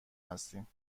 هستیم